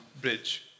bridge